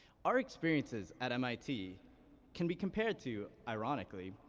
our experiences at mit can be compared to, ironically,